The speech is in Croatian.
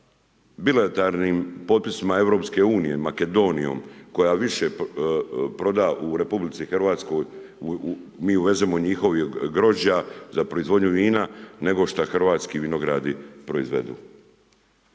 bilijarnima potpisom EU, Makedonijom, koja više proda u RH, mi uvezemo njihovih grožđa za proizvodnju vina, nego što hrvatski vinogradi proizvedu.